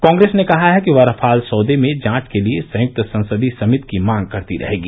कांग्रेस ने कहा है कि वह रफाल सौदे में जांच के लिए संयुक्त संसदीय समिति की मांग करती रहेगी